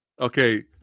okay